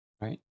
right